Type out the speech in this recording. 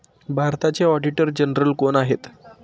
भारताचे auditor general कोण आहेत?